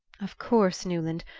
of course, newland,